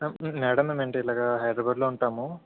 madam అంటే మేమిలగా హైదరాబాద్లో ఉంటాము